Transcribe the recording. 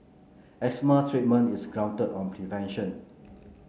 asthma treatment is grounded on prevention